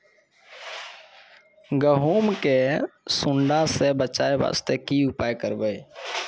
गहूम के सुंडा से बचाई वास्ते की उपाय करबै?